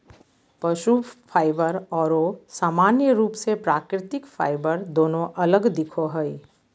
पशु फाइबर आरो सामान्य रूप से प्राकृतिक फाइबर दोनों अलग दिखो हइ